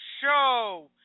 show